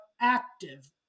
active